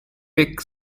pick